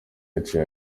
yaciye